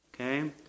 Okay